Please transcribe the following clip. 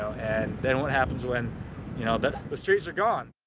and then what happens when you know but those trees are gone?